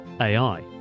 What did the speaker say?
AI